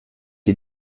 est